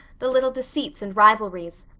the little deceits and rivalries,